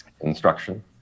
instruction